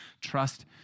trust